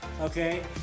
Okay